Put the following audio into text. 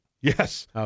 Yes